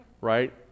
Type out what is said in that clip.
right